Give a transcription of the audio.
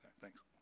Thanks